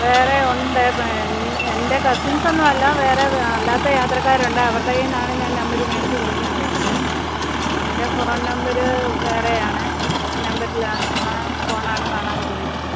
വേറെ ഉണ്ട് എൻ്റെ എൻ്റെ കസിൻസ് ഒന്നുമല്ല വേറെ അല്ലാത്ത യാത്രക്കാരുണ്ട് അവരുടെ കയ്യിൽനിന്നാണ് ഞാൻ നമ്പര് മേടിച്ച് വിളിക്കുന്നത് ഇപ്പഴേ എൻ്റെ ഫോൺ നമ്പര് വേറെയാണ് ആ നമ്പരിലാണ് ആ ഫോണ് ആണ് കാണാതെ പോയിരിക്കുന്നത്